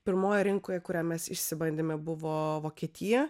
pirmoji rinkoje kurioje mes išsibandėme buvo vokietija